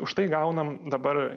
už tai gaunam dabar